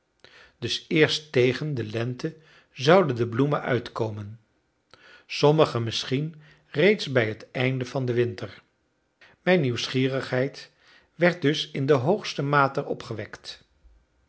dus eerst tegen de lente zouden de bloemen uitkomen sommige misschien reeds bij het einde van den winter mijn nieuwsgierigheid werd dus in de hoogste mate opgewekt